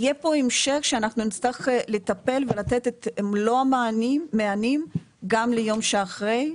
יהיה פה המשך שאנחנו נצטרך לטפל ולתת את מלוא המענים גם ליום שאחרי,